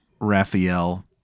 Raphael